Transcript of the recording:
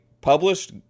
published